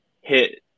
hit